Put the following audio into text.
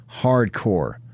hardcore